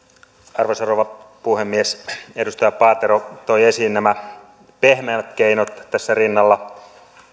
arvoisa rouva puhemies edustaja paatero toi esiin nämä peh meät keinot tässä rinnalla